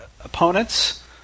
opponents